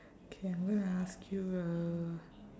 okay I'm gonna ask you a